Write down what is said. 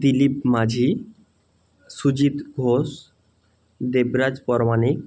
Dilip Majhi Sujit Ghosh Debraj Pramanik